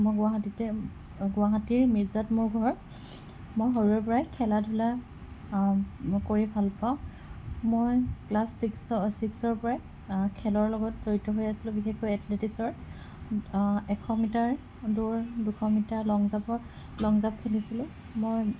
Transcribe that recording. মই গুৱাহাটীতে গুৱাহাটীৰ মিৰ্জাত মোৰ ঘৰ মই সৰুৰে পৰাই খেলা ধূলা কৰি ভাল পাওঁ মই ক্লাছ ছিক্সৰ ছিক্সৰ পৰাই খেলৰ লগত জড়িত হৈ আছিলো বিশেষকৈ এথলেটিকচৰ এশ মিটাৰ দৌৰ দুশ মিটাৰ লং জাপত লং জাপ খেলিছিলো মই